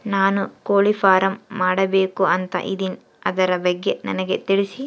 ನಾನು ಕೋಳಿ ಫಾರಂ ಮಾಡಬೇಕು ಅಂತ ಇದಿನಿ ಅದರ ಬಗ್ಗೆ ನನಗೆ ತಿಳಿಸಿ?